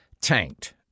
tanked